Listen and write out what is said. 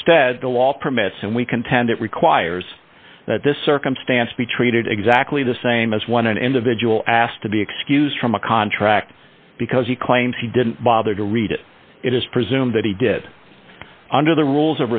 instead the law permits and we contend it requires that this circumstance be treated exactly the same as when an individual asked to be excused from a contract because he claims he didn't bother to read it it is presumed that he did under the rules